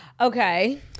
Okay